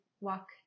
walk